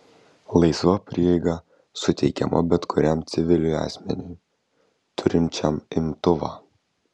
laisva prieiga suteikiama bet kuriam civiliui asmeniui turinčiam imtuvą